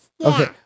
Okay